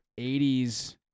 80s